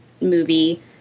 movie